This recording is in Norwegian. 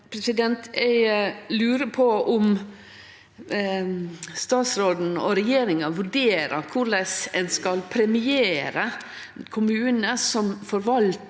Eg lurer på om statsråden og regjeringa vurderer korleis ein skal premiere kommunar som forvaltar